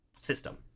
system